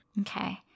Okay